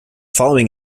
following